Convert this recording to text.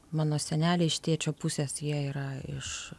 mano seneliai iš tėčio pusės jie yra iš